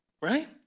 right